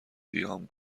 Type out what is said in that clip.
قیام